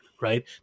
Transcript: right